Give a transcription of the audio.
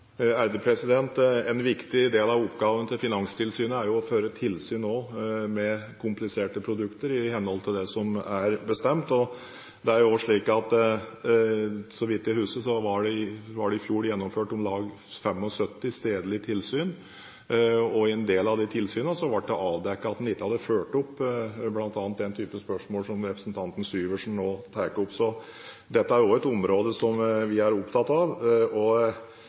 En viktig del av oppgaven til Finanstilsynet er også å føre tilsyn med kompliserte produkter i henhold til det som er bestemt. Så vidt jeg husker, ble det i fjor gjennomført om lag 75 stedlige tilsyn, og i en del av de tilsynene ble det avdekket at en ikke hadde fulgt opp når det bl.a. gjelder den type spørsmål som representanten Syversen nå tar opp. Så dette er et område som vi er opptatt av, og